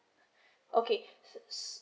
okay